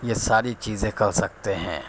یہ ساری چیزیں کر سکتے ہیں